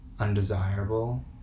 undesirable